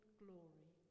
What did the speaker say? glory